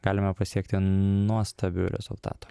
galime pasiekti nuostabių rezultatų